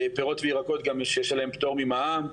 פירות וירקות גם יש עליהם פטור ממע"מ,